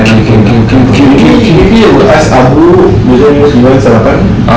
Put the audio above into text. maybe I will ask abu whether he wants sarapan